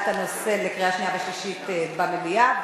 הנושא לקריאה שנייה ושלישית במליאה,